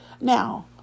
Now